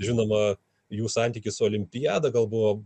žinoma jų santykis su olimpiada gal buvo